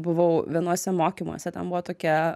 buvau vienuose mokymuose ten buvo tokia